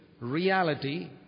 reality